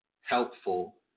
helpful